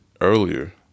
earlier